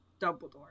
Dumbledore